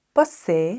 Posse